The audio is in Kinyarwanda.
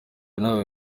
ntawe